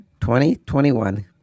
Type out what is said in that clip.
2021